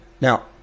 Now